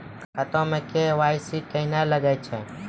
खाता मे के.वाई.सी कहिने लगय छै?